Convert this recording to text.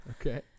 Okay